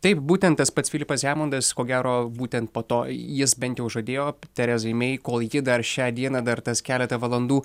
taip būtent tas pats filipas hemondas ko gero būtent po to jis bent jau žadėjo terezai mei kol ji dar šią dieną dar tas keletą valandų